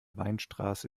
weinstraße